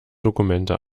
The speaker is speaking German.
dokumente